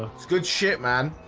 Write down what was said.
it's good shit man.